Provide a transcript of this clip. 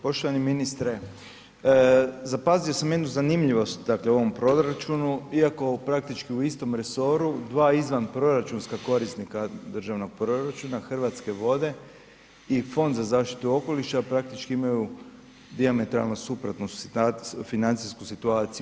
Poštovani ministre, zapazi sam jednu zanimljivost dakle u ovom proračunu iako praktički u istom resoru, dva izvanproračunska korisnika državnog proračuna Hrvatske vode i Fond za zaštitu okoliša, praktički imaju dijametralno suprotnu financijsku situaciju.